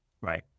right